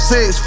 Six